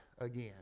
again